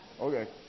Okay